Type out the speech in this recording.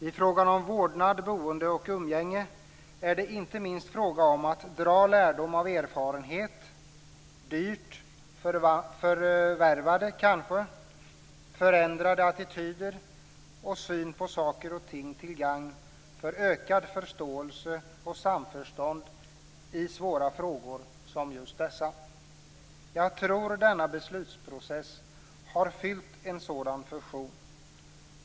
I frågan om vårdnad, boende och umgänge gäller det inte minst att dra lärdom av erfarenheter, kanske dyrt förvärvade, att förändra attityder och syn på saker och ting till gagn för ökad förståelse och samförstånd i svåra frågor som dessa. Jag tror att denna beslutsprocess har fyllt en sådan funktion.